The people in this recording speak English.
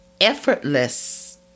effortless